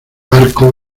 barco